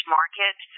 market